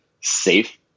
safe